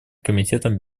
комитетом